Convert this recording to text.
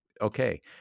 okay